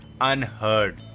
unheard